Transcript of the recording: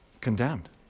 condemned